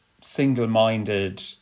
single-minded